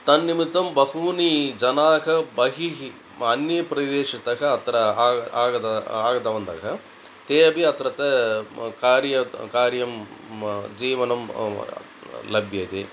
तन्निमित्तं बहूनि जनाः बहिः अन्यप्रदेशतः अत्र हा आगत आगतवन्तः ते अपि अत्रत्य कार्य त् कार्यं जीवनं लभ्यते